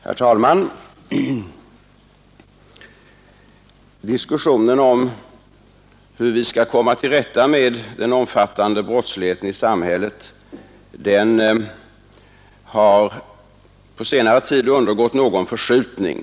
Herr talman! Diskussionen om hur vi skall komma till rätta med den omfattande brottsligheten i samhället har på senare tid undergått en viss förskjutning.